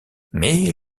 mais